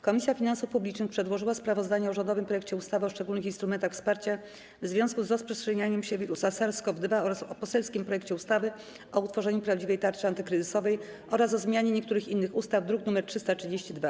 Komisja Finansów Publicznych przedłożyła sprawozdanie o rządowym projekcie ustawy o szczególnych instrumentach wsparcia w związku z rozprzestrzenianiem się wirusa SARS-CoV-2 oraz o poselskim projekcie ustawy o utworzeniu prawdziwej Tarczy antykryzysowej oraz o zmianie niektórych innych ustaw, druk nr 332.